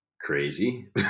crazy